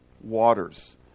waters